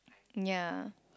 ya